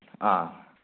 ꯑꯥ